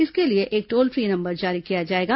इसके लिए एक टोल फ्री नंबर जारी किया जाएगा